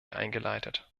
eingeleitet